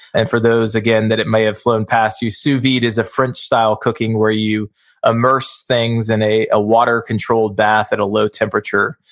and for those again, that it may have flown past you, sous vide is a french-style cooking where you immerse things in a a water-controlled bath at a low temperature.